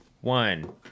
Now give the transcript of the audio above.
one